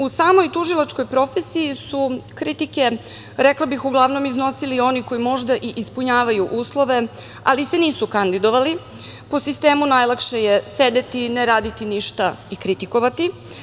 U samoj tužilačkoj profesiji su kritike, rekla bih, uglavnom iznosili oni koji možda i ispunjavaju uslove, ali se nisu kandidovali, po sistemu - najlakše je sedeti, ne raditi ništa i kritikovati.